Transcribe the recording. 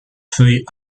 feuilles